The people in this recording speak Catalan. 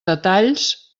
detalls